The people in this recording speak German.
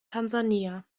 tansania